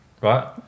right